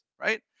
right